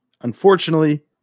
Unfortunately